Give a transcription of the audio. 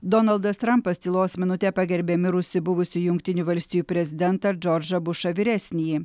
donaldas trampas tylos minute pagerbė mirusį buvusį jungtinių valstijų prezidentą džordžą bušą vyresnįjį